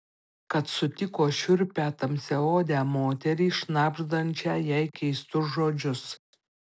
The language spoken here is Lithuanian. kad sutiko šiurpią tamsiaodę moterį šnabždančią jai keistus žodžius